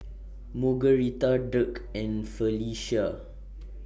Margueritta Dirk and Felecia